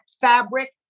fabric